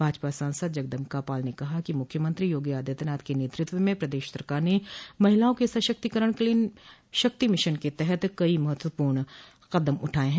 भाजपा सांसद जगदंबिका पाल ने कहा कि मुख्यमंत्री योगी आदित्यनाथ के नेतृत्व में प्रदेश सरकार ने महिलाओं के सशक्तिकरण के लिये शक्ति मिशन के तहत कई महत्वपूर्ण कदम उठाये हैं